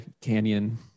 canyon